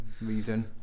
reason